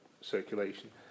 circulation